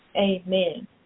Amen